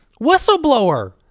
whistleblower